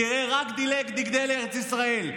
תראה רק דגלי ישראל.